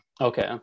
Okay